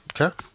Okay